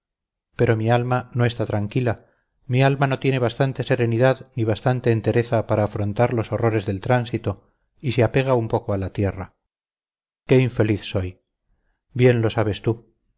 pero mi alma no está tranquila mi alma no tiene bastante serenidad ni bastante entereza para afrontar los horrores del tránsito y se apega un poco a la tierra qué infeliz soy bien lo sabes tú